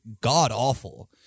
god-awful